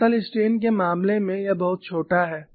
समतल स्ट्रेन के मामले में यह बहुत छोटा है